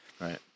Right